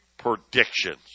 predictions